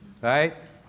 Right